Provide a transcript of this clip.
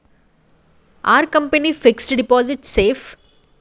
Are company fixed deposit safe?